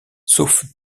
sauf